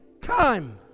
time